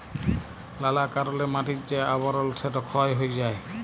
লালা কারলে মাটির যে আবরল সেট ক্ষয় হঁয়ে যায়